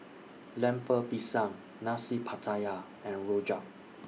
Lemper Pisang Nasi Pattaya and Rojak